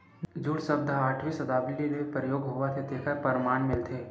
jute सब्द ह अठारवी सताब्दी ले परयोग होवत हे तेखर परमान मिलथे